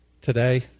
today